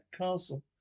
castle